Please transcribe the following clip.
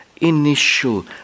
initial